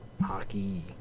Hockey